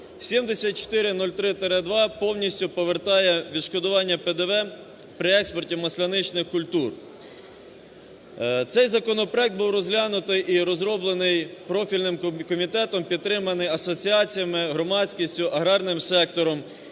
7403-2 повністю повертає відшкодування ПДВ при експорті масляничних культур. Цей законопроект був розглянутий і розроблений профільним комітетом, підтриманий асоціаціями, громадськістю, аграрним сектором,